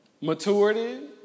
maturity